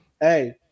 Hey